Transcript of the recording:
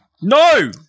No